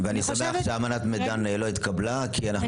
אני שמח שאמנת מידן לא התקבלה כי אנחנו